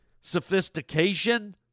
sophistication